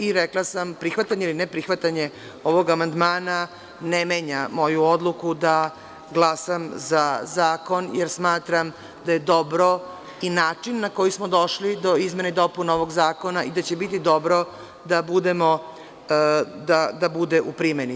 I, rekla sam da prihvatanje ili ne prihvatanje ovog amandmana ne menja moju odluku da glasam za zakon, jer smatram da je dobar i način na koji smo došli do izmena i dopuna ovog zakona i da će biti dobro da bude u primeni.